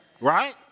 Right